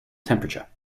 temperature